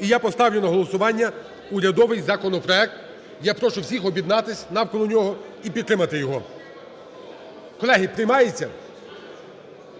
і я поставлю на голосування урядовий законопроект. Я прошу всіх об'єднатися навколо нього і підтримати його. Колеги, приймається?